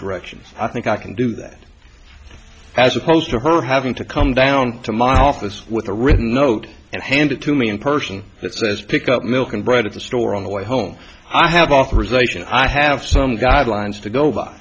directions i think i can do that as opposed to her having to come down to my office with a written note and hand it to me in person that says pick up milk and bread at the store on the way home i have authorization i have some guidelines to